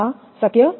આ શક્ય નથી